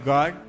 God